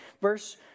Verse